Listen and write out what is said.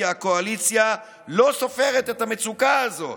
כי הקואליציה לא סופרת את המצוקה הזאת.